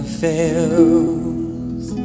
fails